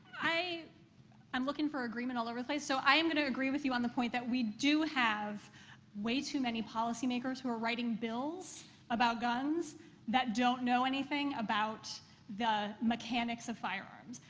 i am looking for agreement all over the place. so i am gonna agree with you on the point that we do have way too many policymakers who are writing bills about guns that don't know anything about the mechanics of firearms,